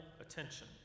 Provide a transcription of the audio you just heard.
attention